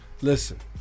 Listen